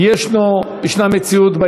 יש מציאות,